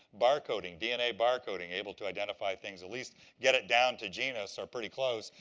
barcoding dna barcoding able to identify things. at least get it down to genus, or pretty close,